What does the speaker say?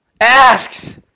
asks